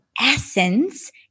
essence